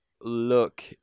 look